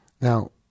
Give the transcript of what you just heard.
Now